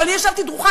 אבל אני ישבתי דרוכה,